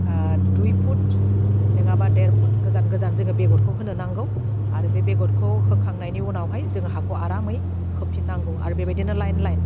ओह दुइ फुट नोङाबा देर फुट गोजान गोजान जोङो बेगरखौ होनो नांगौ आरो बे बेगरखौ होखांनायनि उनावहाय जोङो हाखौ आरामै खोबफिननांगौ आरो बेबायदिनो लाइन लाइन